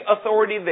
authority